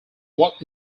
what